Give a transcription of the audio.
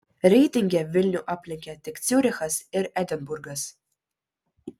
reitinge vilnių aplenkė tik ciurichas ir edinburgas